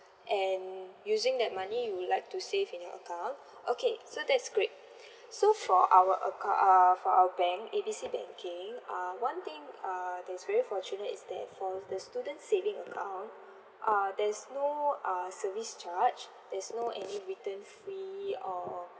and using that money you would like to save in your account okay so that's great so for our acco~ uh for our bank A B C banking uh one thing uh that is very fortunate is that for the student saving account uh there's no uh service charge there's no any written fee or